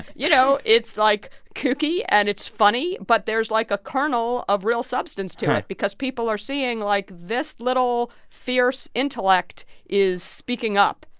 you know, it's, like, kooky, and it's funny, but there is, like, a kernel of real substance to it because people are seeing, like, this little fierce intellect is speaking up,